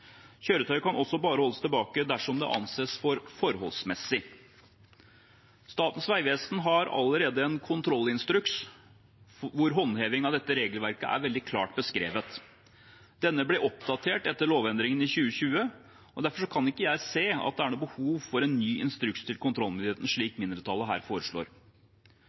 kan også bare holdes tilbake dersom det anses som forholdsmessig. Statens vegvesen har allerede en kontrollinstruks hvor håndheving av dette regelverket er veldig klart beskrevet. Denne ble oppdatert etter lovendringen i 2020, og derfor kan ikke jeg se at det er behov for en ny instruks til kontrollmyndigheten, slik mindretallet her foreslår.